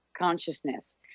consciousness